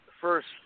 first